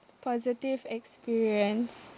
positive experience